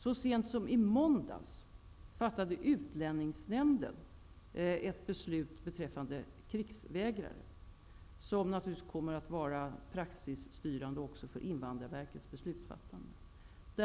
Så sent som i måndags fattade Utlänningsnämnden ett beslut beträffande krigsvägrare. Det kommer naturligtvis att vara praxisstyrande också för Invandrarverkets beslutsfattande.